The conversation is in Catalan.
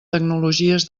tecnologies